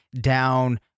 down